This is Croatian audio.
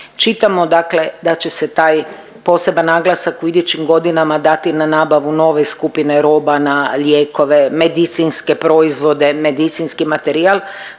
Čitamo dakle da će se taj posebni naglasak u idućim godinama dati na nabavu nove skupine roba na lijekove, medicinske proizvode, medicinski materijal.